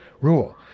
rule